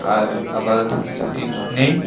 আর আপাতত কিছু টিপস নেই